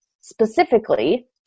specifically